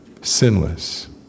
sinless